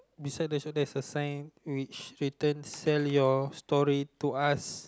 beside the shop there is a sigh which written sell your story to us